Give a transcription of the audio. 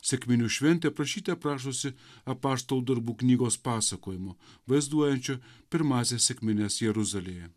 sekminių šventė prašyte prašosi apaštalų darbų knygos pasakojimų vaizduojančių pirmąsias sekmines jeruzalėje